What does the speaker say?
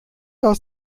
aus